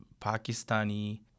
Pakistani